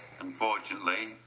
Unfortunately